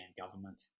government